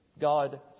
God